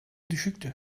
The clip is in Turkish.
düşüktü